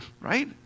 right